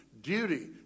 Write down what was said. Duty